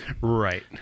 Right